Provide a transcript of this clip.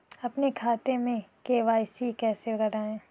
अपने खाते में के.वाई.सी कैसे कराएँ?